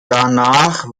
danach